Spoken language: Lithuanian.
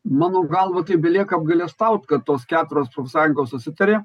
mano galva tai belieka apgailestaut kad tos keturios profsąjungos susitarė